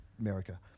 America